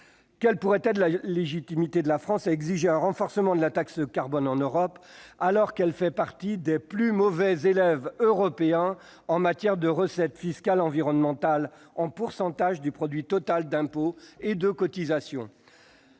Quelle pourrait être la légitimité de la France à exiger un renforcement de la taxe carbone en Europe, alors qu'elle fait partie des plus mauvais élèves européens en matière de recettes fiscales environnementales en pourcentage du produit total d'impôts et de cotisations ?